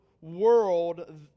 world